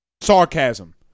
Sarcasm